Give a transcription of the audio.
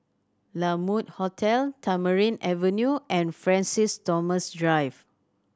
La Mode Hotel Tamarind Avenue and Francis Thomas Drive